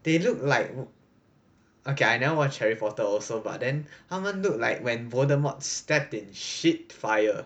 they look like okay I never watch harry potter also but then 他们 look like when voldemort stepped in shit fire